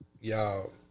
y'all